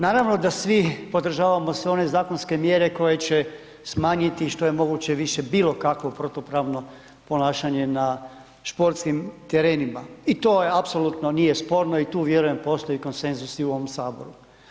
Naravno da svi podržavamo sve one zakonske mjere koje će smanjiti i što je moguće više bilo kakvo protupravno ponašanje na sportskim terenima i to apsolutno nije sporno i tu vjerujem postoji konsenzus i u ovom Saboru.